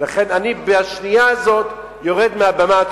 לכן אני בשנייה הזאת יורד מהבמה.